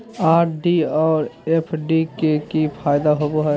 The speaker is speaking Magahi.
आर.डी और एफ.डी के की फायदा होबो हइ?